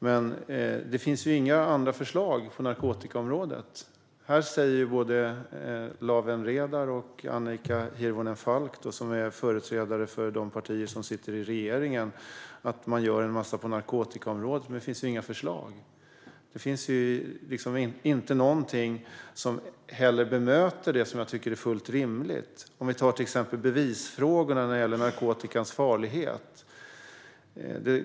Men det finns inga andra förslag på narkotikaområdet. Här säger både Lawen Redar och Annika Hirvonen Falk, som företräder de partier som sitter i regeringen, att man gör en massa på narkotikaområdet, men det finns inga förslag. Det finns inte någonting som heller bemöter det som jag tycker är fullt rimligt. Låt oss se på bevisfrågorna när det gäller narkotikans farlighet.